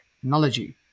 Technology